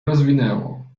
rozwinęło